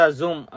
zoom